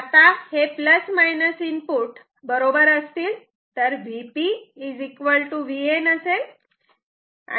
आता हे plus minus input input बरोबर असतील तर Vp Vn असेल आणि आता तुम्ही काय म्हणू शकतात